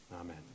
amen